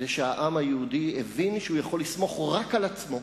שהעם היהודי הבין שהוא יכול לסמוך רק על עצמו,